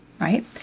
right